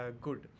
good